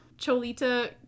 Cholita